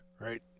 right